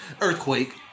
earthquake